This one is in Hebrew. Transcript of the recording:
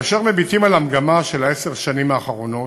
כאשר מביטים על המגמה של עשר השנים האחרונות,